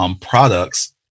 products